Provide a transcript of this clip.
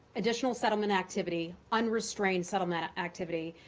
additional settlement activity, unrestrained settlement activity,